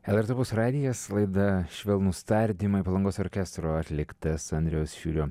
lrt opus radijas laida švelnūs tardymai palangos orkestro atliktas andriaus šiurio